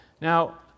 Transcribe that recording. now